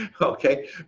Okay